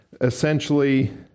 essentially